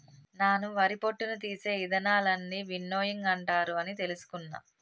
నాను వరి పొట్టును తీసే ఇదానాలన్నీ విన్నోయింగ్ అంటారు అని తెలుసుకున్న